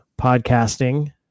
podcasting